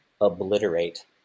obliterate